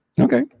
Okay